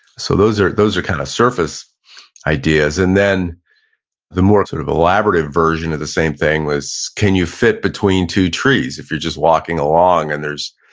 so those are those are kind of surface ideas. and then the more sort of elaborative version of the same thing is, can you fit between two trees, if you're just walking along and there's,